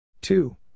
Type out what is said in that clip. Two